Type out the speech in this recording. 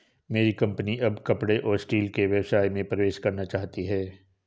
मेरी कंपनी अब कपड़े और स्टील के व्यवसाय में प्रवेश करना चाहती है